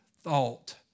thought